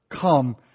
come